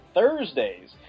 Thursdays